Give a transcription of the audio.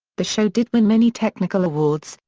the show did win many technical awards,